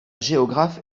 géographe